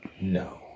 No